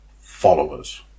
followers